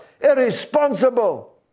irresponsible